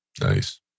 Nice